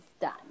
done